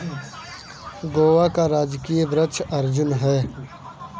गोवा का राजकीय वृक्ष अर्जुन है